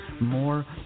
more